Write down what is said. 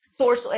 source